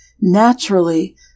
naturally